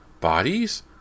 Bodies